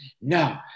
no